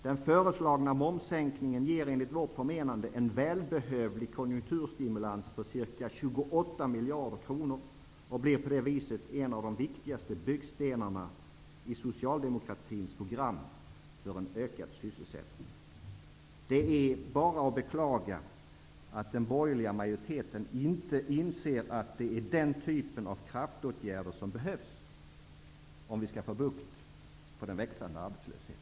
Den föreslagna momssänkningen ger enligt vårt förmenande en välbehövlig konjunkturstimulans på ca 28 miljarder kronor och blir på det viset en av de viktigaste byggstenarna i socialdemokratins program för en ökad sysselsättning. Det är bara att beklaga att den borgerliga majoriteten inte inser att det är den typen av kraftåtgärder som behövs, om vi skall få bukt med den växande arbetslösheten.